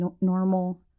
normal